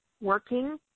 working